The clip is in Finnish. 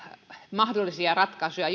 mahdollisia ratkaisuja